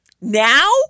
Now